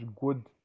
good